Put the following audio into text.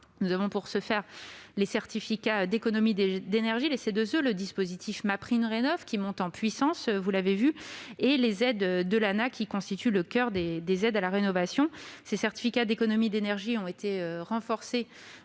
nous disposons des certificats d'économies d'énergie (CEE), du dispositif MaPrimeRénov', qui monte en puissance- vous l'avez vu -, et des aides de l'ANAH, qui constituent le coeur des aides à la rénovation. Les certificats d'économies d'énergie ont été renforcés